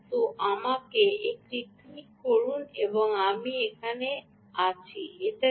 তো আমাকে এখানে ক্লিক করুন আপনি সেখানে আছেন এটি কি